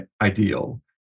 ideal